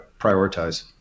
prioritize